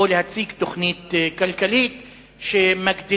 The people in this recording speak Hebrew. או להציג תוכנית כלכלית שמגדילה,